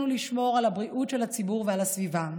לשמור על הבריאות של הציבור ועל הסביבה.